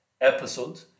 episode